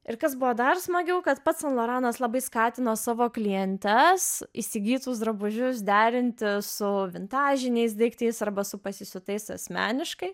ir kas buvo dar smagiau kad pats san loranas labai skatino savo klientes įsigytus drabužius derinti su vintažiniais daiktais arba su pasisiūtais asmeniškai